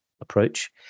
approach